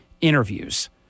interviews